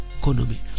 economy